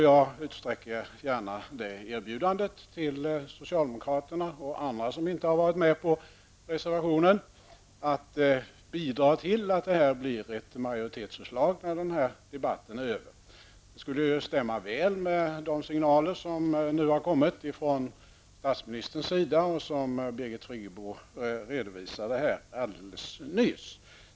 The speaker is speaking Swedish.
Jag utsträcker gärna det erbjudandet till socialdemokraterna och andra som inte har varit med på reservationen, att bidra till att detta blir ett majoritetsförslag i slutändan. Det skulle stämma väl med de signaler som nu har kommit från statsministern och som Birgit Friggebo redovisade alldeles nyss.